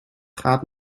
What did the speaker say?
gaat